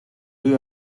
you